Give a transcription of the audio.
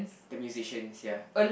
the musicians ya